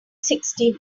sixty